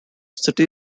city